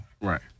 Right